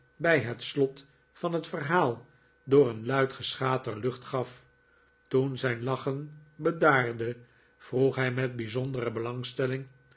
bij het slot van het verhaal door een luid geschater lucht gaf toen zijn lachen bedaarde vroeg hij met bijzondere belangstelling